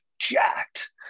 jacked